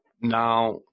Now